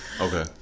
Okay